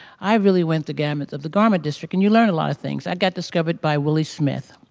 i really went the gamut of the garment district and you learn a lot of things. i got discovered by willi smith.